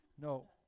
No